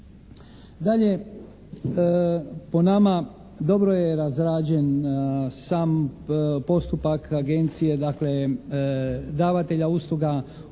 Dalje, po nama dobro je razrađen sam postupak agencije, dakle davatelja usluga. Vrijedno